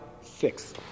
six